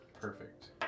Perfect